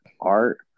Art